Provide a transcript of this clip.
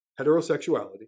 heterosexuality